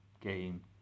game